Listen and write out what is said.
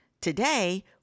Today